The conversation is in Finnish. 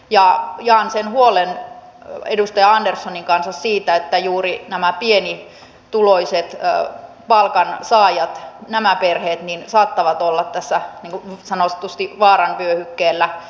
ja jaan sen huolen edustaja anderssonin kanssa että juuri nämä pienituloiset palkansaajat nämä perheet saattavat olla tässä niin sanotusti vaaran vyöhykkeellä